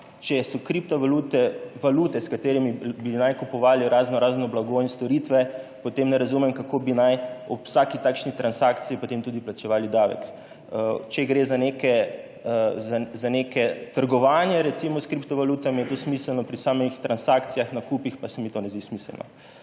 Če so kriptovalute valute, s katerimi naj bi kupovali raznorazno blago in storitve, potem ne razumem, kako naj bi ob vsaki takšni transakciji tudi plačevali davek. Če gre recimo za trgovanje s kriptovalutami, je to smiselno, pri samih transakcijah, nakupih pa se mi to ne zdi smiselno.